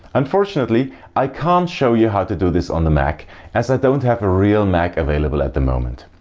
unfortunately i can't show you how to do this on the mac as i don't have a real mac available at the moment.